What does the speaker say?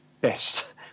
best